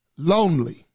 Lonely